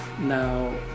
Now